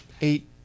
eight